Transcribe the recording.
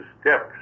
steps